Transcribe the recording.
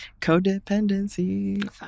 Codependency